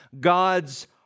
God's